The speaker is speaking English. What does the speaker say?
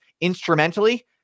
instrumentally